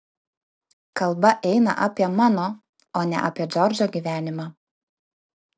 kalba eina apie mano o ne apie džordžo gyvenimą